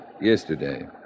Yesterday